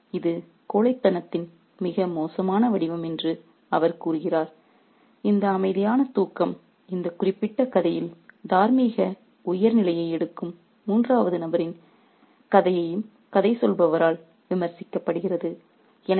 உலகில் எங்கும் இது கோழைத்தனத்தின் மிக மோசமான வடிவம் என்று அவர் கூறுகிறார் இந்த அமைதியான தூக்கம் இந்த குறிப்பிட்ட கதையில் தார்மீக உயர் நிலையை எடுக்கும் மூன்றாவது நபரின் கதையையும் கதை சொல்பவரால் விமர்சிக்கப்படுகிறது